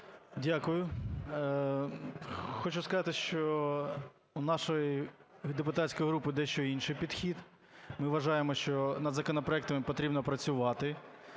Дякую. Хочу сказати, що у нашої депутатської групи дещо інший підхід. Ми вважаємо, що над законопроектами потрібно працювати.